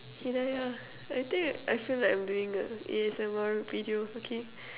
hidaya I think I feel like I'm doing a A_S_M_R video okay